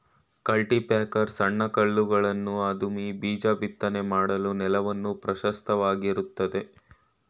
cultipacker ಸಣ್ಣ ಕಲ್ಲುಗಳನ್ನು ಅದುಮಿ ಬೀಜ ಬಿತ್ತನೆ ಮಾಡಲು ನೆಲವನ್ನು ಪ್ರಶಸ್ತವಾಗಿರುತ್ತದೆ